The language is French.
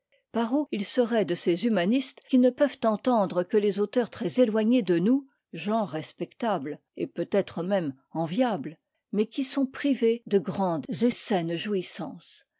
par où ils seraient de ces humanistes qui ne peuvent entendre que les auteurs très éloignés de nous gens respectables et peut-être même enviables mais qui sont privés de grandes et saines jouissances